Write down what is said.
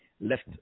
left